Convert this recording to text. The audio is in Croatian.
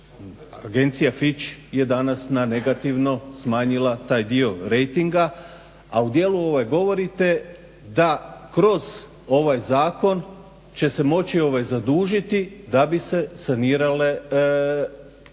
Agencija Fitch je danas na negativno smanjila taj dio rejtinga, a u dijelu govorite da kroz ovaj zakon će se moći zadužiti da bi se sanirale ovaj